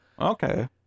okay